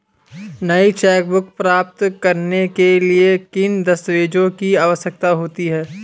नई चेकबुक प्राप्त करने के लिए किन दस्तावेज़ों की आवश्यकता होती है?